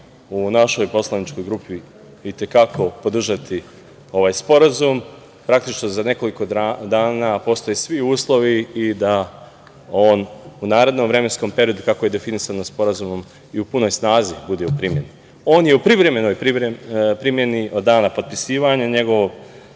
u našoj poslaničkoj grupi i te kako podržati ovaj sporazum, praktično za nekoliko dana postoje svi uslovi i da on u narednom vremenskom periodu, kako je definisano sporazumom, u punoj snazi bude u primeni. On je u privremenoj primeni od dana potpisivanja njegovog.